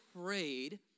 afraid